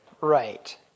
Right